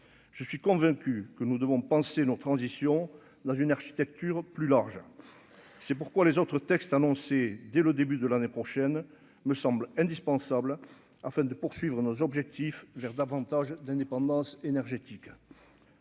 je suis convaincu que nous devons penser leur transition dans une architecture plus large, c'est pourquoi les autres textes annoncés. Dès le début de l'année prochaine, me semble indispensable afin de poursuivre nos objectifs vers davantage d'indépendance énergétique.